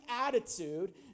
attitude